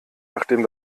nachdem